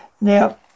Now